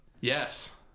Yes